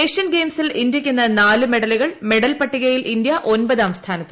Asian ഗെയിംസിൽ ഇന്ത്യക്കിന്ന് നാല് മെഡലുകൾ മെഡൽ പട്ടികയിൽ ഇന്ത്യ ഒൻപതാം സ്ഥാനത്ത്